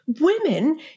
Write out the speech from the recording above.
Women